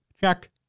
Check